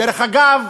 דרך אגב,